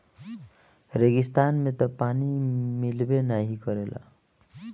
रेगिस्तान में तअ पानी मिलबे नाइ करेला